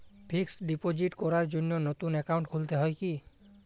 Fix deposit করার জন্য নতুন অ্যাকাউন্ট খুলতে হয় কী?